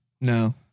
No